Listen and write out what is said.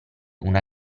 una